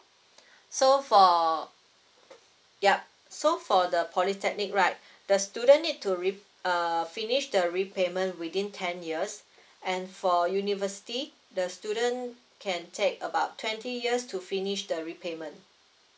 so for ya so for the polytechnic right the student need to rep~ uh finish the repayment within ten years and for university the student can take about twenty years to finish the repayment